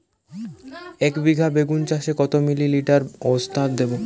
একবিঘা বেগুন চাষে কত মিলি লিটার ওস্তাদ দেবো?